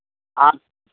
हँ